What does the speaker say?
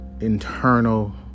internal